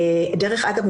דרך אגב,